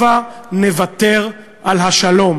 הבה נוותר על השלום"